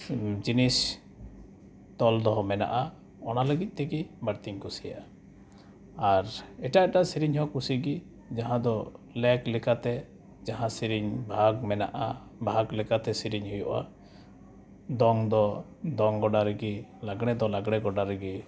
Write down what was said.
ᱡᱤᱱᱤᱥ ᱛᱚᱞ ᱫᱚᱦᱚ ᱢᱮᱱᱟᱜᱼᱟ ᱚᱱᱟ ᱞᱟᱹᱜᱤᱫ ᱛᱮᱜᱮ ᱵᱟᱹᱲᱛᱤᱧ ᱠᱩᱥᱤᱭᱟᱜᱼᱟ ᱟᱨ ᱮᱴᱟᱜ ᱮᱴᱟᱜ ᱥᱮᱨᱮᱧ ᱦᱚᱸ ᱠᱩᱥᱤᱜᱮ ᱡᱟᱦᱟᱸ ᱫᱚ ᱞᱮᱠ ᱞᱮᱠᱟᱛᱮ ᱡᱟᱦᱟᱸ ᱥᱮᱨᱮᱧ ᱵᱷᱟᱜᱽ ᱢᱮᱱᱟᱜᱼᱟ ᱵᱷᱟᱜᱽ ᱞᱮᱠᱟᱛᱮ ᱥᱮᱨᱮᱧ ᱦᱩᱭᱩᱜᱼᱟ ᱫᱚᱝ ᱫᱚ ᱫᱚᱝ ᱜᱚᱰᱟ ᱨᱮᱜᱮ ᱞᱟᱜᱽᱬᱮ ᱫᱚ ᱞᱟᱜᱽᱬᱮ ᱜᱚᱰᱟ ᱨᱮᱜᱮ